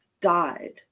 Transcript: died